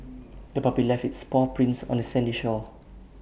the puppy left its paw prints on the sandy shore